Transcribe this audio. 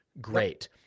great